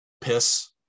piss